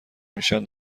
میشن